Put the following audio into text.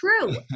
true